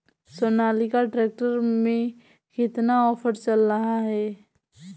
Sonalika tractor में कितना offer चल रहा है?